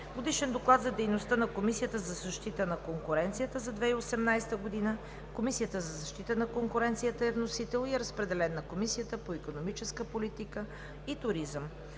Годишен доклад за дейността на Комисията за защита на конкуренцията за 2018 г. Вносител: Комисията за защита на конкуренцията. Разпределен е на Комисията по икономическа политика и туризъм.